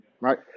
Right